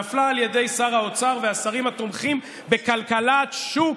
נפלה על ידי שר האוצר והשרים התומכים בכלכלת שוק,